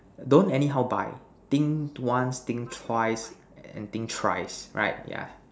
don't anyhow buy think once think twice and think thrice right yeah